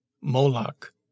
Moloch